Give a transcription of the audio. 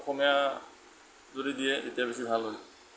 অসমীয়া যদি দিয়ে তেতিয়া বেছি ভাল হয়